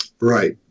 right